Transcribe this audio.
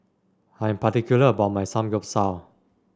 I am particular about my Samgeyopsal